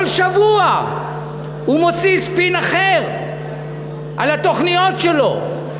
כל שבוע הוא מוציא ספין אחר על התוכניות שלו.